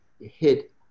hit